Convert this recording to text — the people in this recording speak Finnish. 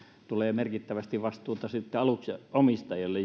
tulee merkittävästi vastuuta sitten myös aluksen omistajille